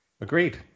agreed